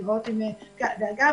אגב,